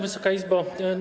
Wysoka Izbo!